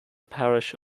parish